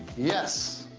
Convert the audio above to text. yes.